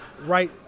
right